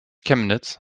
chemnitz